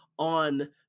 on